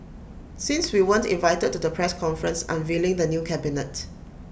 since we weren't invited to the press conference unveiling the new cabinet